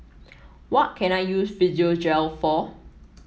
what can I use Physiogel for